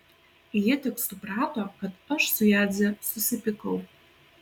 ji tik suprato kad aš su jadze susipykau